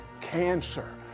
cancer